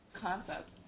concept